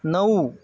नऊ